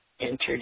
entered